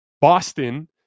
Boston